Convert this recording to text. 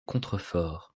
contreforts